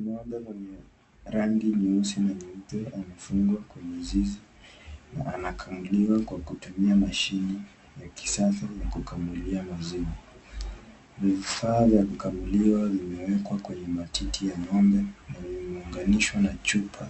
Ngombe mwenye rangi nyeusi na nyeupe amefungwa kwenye zizi na anakamuliwa kwa kutumia mashine ya kisasa ya kukamulia maziwa. Vifaa vya kukamuliwa vimewekwa kwenye matiti ya nyombe na vimeunganishwa na chupa